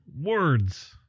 Words